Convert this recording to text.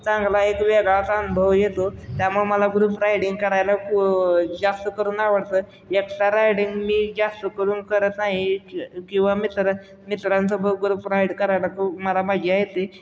चांगला एक वेगळाचा अनुभव येतो त्यामुळं मला ग्रुप रायडिंग करायला जास्त करून आवडतं एक्स्ट्रा रायडिंग मी जास्त करून करत नाही किंवा मित्र मित्रांसोबत ग्रुप राईड करायला खूप मला मज्जा येते